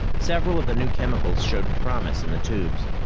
several of the new chemicals showed promise in the tubes.